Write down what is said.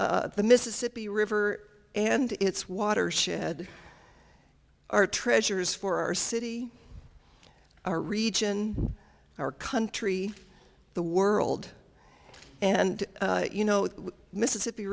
of the mississippi river and its watershed our treasures for our city our region our country the world and you know the mississippi